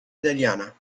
italiana